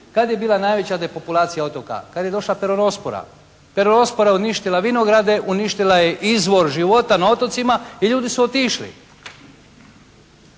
Kad je bila najveća depopulacija otoka? Kad je došla peronospora. Peronospora je uništila vinograde, uništila je izvor života na otocima i ljudi su otišli.